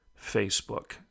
Facebook